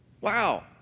Wow